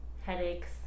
headaches